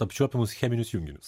apčiuopiamus cheminius junginius